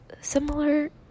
similar